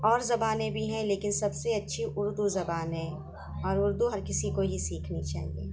اور زبانیں بھی ہیں لیکن سب سے اچھی اردو زبان ہے اور اردو ہر کسی کو ہی سیکھنی چاہیے